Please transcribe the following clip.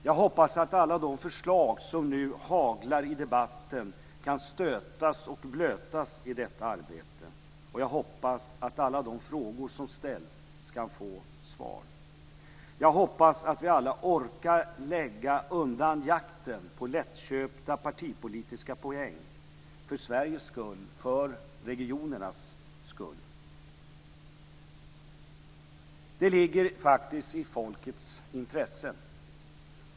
Jag hoppas att alla de förslag som nu haglar i debatten kan stötas och blötas i detta arbete, och jag hoppas att alla de frågor som ställs skall få svar. Jag hoppas att vi alla orkar upphöra med jakten på lättköpta partipolitiska poäng för Sveriges skull och för regionernas skull. Det ligger faktiskt i folkets intresse.